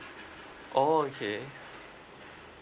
oh okay